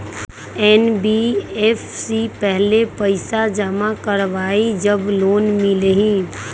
NBFC पहले पईसा जमा करवहई जब लोन मिलहई?